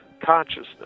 consciousness